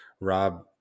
rob